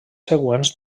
següents